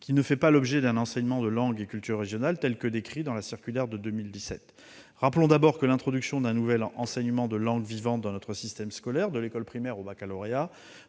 qui ne fait pas l'objet d'un enseignement de langue et culture régionales tel que décrit dans la circulaire du 12 avril 2017. Rappelons d'abord que l'introduction d'un nouvel enseignement de langue vivante dans notre système scolaire, de l'école primaire au baccalauréat,